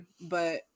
but-